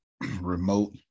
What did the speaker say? remote